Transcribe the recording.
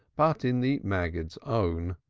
but in the maggid's own.